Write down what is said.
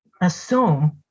assume